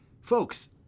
Folks